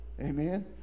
Amen